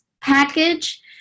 package